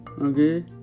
Okay